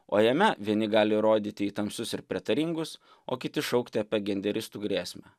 o jame vieni gali rodyti tamsus ir prietaringus o kiti šaukti apie ginderistų grėsmę